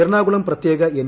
എറണാകുളം പ്രത്യേക എൻ